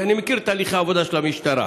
כי אני מכיר את תהליכי העבודה של המשטרה,